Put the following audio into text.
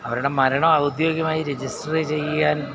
അവരുടെ മരണം ഔദ്യോഗികമായി രജിസ്റ്ററ് ചെയ്യാൻ